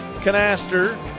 Canaster